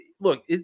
Look